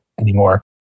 anymore